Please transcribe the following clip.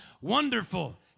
Wonderful